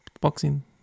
Boxing